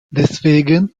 deswegen